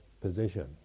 position